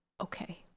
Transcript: Okay